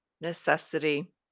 Necessity